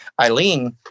Eileen